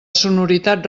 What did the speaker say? sonoritat